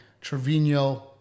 Trevino